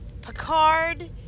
Picard